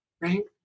right